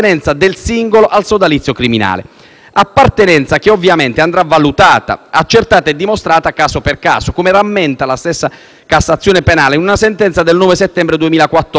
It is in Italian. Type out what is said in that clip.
appartenenza che, ovviamente, dovrà essere valutata, accertata e dimostrata caso per caso, come rammenta la stessa Cassazione penale in una sentenza del 9 settembre 2014, la n. 37374.